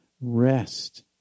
rest